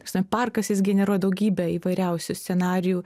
ta prasme parkas jis generuoja daugybę įvairiausių scenarijų